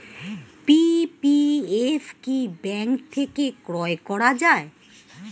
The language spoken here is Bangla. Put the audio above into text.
পি.পি.এফ কি ব্যাংক থেকে ক্রয় করা যায়?